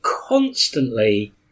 constantly